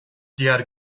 diğer